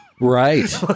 right